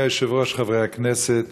אדוני היושב-ראש, חברי הכנסת,